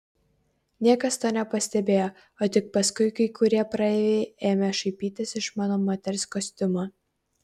niekas to nepastebėjo o tik paskui kai kurie praeiviai ėmė šaipytis iš mano moters kostiumo